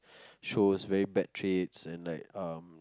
shows very bad traits and like um